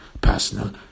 personal